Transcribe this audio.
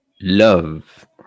love